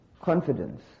confidence